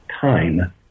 time